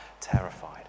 terrified